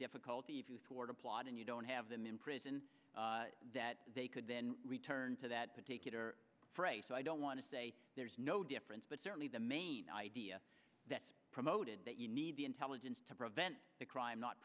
difficulty of youth or to plot and you don't have them in prison that they could then return to that particular phrase so i don't want to say there's no difference but certainly the main idea that promoted that you need the intelligence to prevent the crime not